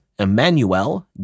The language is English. Emmanuel